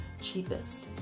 cheapest